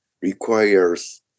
requires